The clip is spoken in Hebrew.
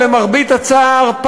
למרבית הצער,